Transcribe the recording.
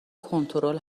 کنترل